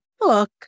look